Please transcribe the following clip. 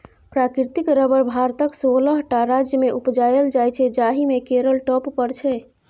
प्राकृतिक रबर भारतक सोलह टा राज्यमे उपजाएल जाइ छै जाहि मे केरल टॉप पर छै